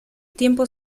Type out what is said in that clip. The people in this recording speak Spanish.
tiempo